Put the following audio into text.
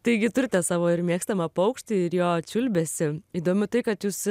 taigi turite savo ir mėgstamą paukštį ir jo čiulbesį įdomu tai kad jūs